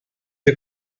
you